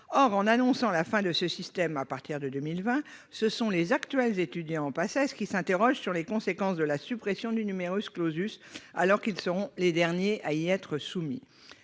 Or, en annonçant la fin de ce système à partir de 2020, ce sont les actuels étudiants en PACES qui s'interrogent sur les conséquences de la suppression du, alors qu'ils seront les derniers à y être soumis.